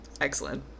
excellent